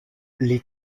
les